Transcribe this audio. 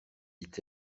dit